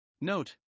Note